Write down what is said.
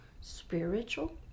spiritual